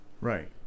Right